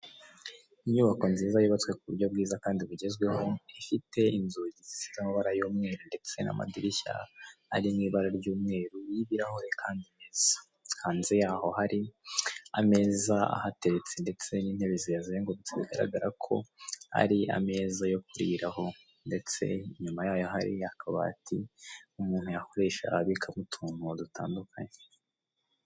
Inyubako nziza yubatswe k'uburyo bwiza kandi bugezweho, ifite inzugi zisize amabara y'umweru ndetse n'amadirishya ari mu ibara ry'umweru y'ibirahure Kandi meza, hanze yaho hari ameza ahateretse ndetse n'intebe zihazengurutse bigaragara ko ari ameza yo kuriraho, ndetse inyuma yayo hari akabati, umuntu yakoresha abika utuntu dutandukanye.